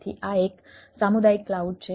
તેથી આ એક સામુદાયિક ક્લાઉડ છે